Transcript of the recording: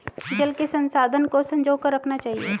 जल के संसाधन को संजो कर रखना चाहिए